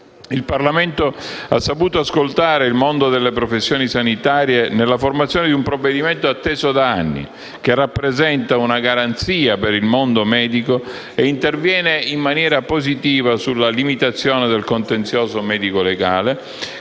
Il Parlamento ha saputo ascoltare il mondo delle professioni sanitarie nella formazione di un provvedimento atteso da anni, che rappresenta una garanzia per il mondo medico e interviene in maniera positiva sulla limitazione del contenzioso medico-legale,